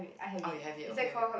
oh you have it okay okay